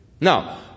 Now